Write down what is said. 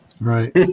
Right